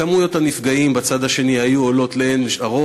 כמויות הנפגעים בצד השני היו עולות לאין ערוך.